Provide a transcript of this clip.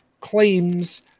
claims